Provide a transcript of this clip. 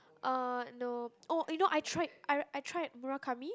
uh no oh you know I tried I I tried Murakami